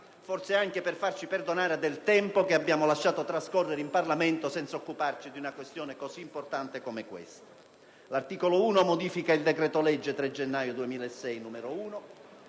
forse anche per farci perdonare del tempo che abbiamo lasciato trascorrere in Parlamento senza occuparci di una questione tanto importante. L'articolo 1 modifica il decreto-legge 3 gennaio 2006, n. 1.